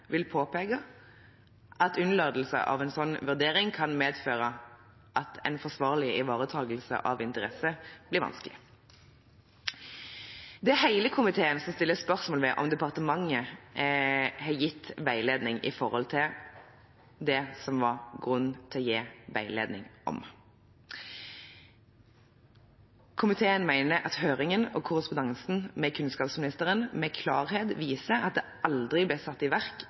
vil påpeke at unnlatelse av en sånn vurdering kan medføre at en forsvarlig ivaretakelse av interesse blir vanskelig. Det er hele komiteen som stiller spørsmål ved om departementet har gitt veiledning om det som det var grunn til å gi veiledning om. Komiteen mener at høringen og korrespondansen med kunnskapsministeren med klarhet viser at det aldri ble satt i verk